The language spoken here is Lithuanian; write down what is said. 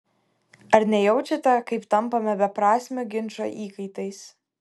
ar nejaučiate kaip tampame beprasmio ginčo įkaitais